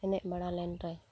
ᱮᱱᱮᱡ ᱵᱟᱲᱟᱞᱮᱱ ᱨᱮ